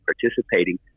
participating